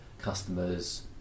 customers